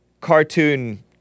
cartoon